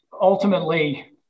ultimately